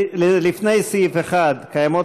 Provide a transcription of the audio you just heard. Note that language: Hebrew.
לפני סעיף 1 קיימות